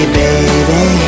baby